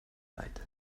leid